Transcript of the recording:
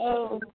औ